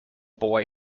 boy